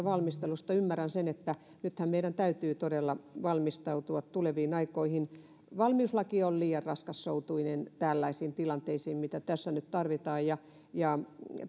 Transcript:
valmistelusta ymmärrän sen että nythän meidän täytyy todella valmistautua tuleviin aikoihin valmiuslaki on liian raskassoutuinen tällaisiin tilanteisiin mitä tässä nyt tarvitaan